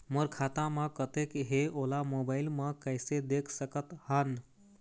मोर खाता म कतेक हे ओला मोबाइल म कइसे देख सकत हन?